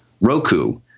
Roku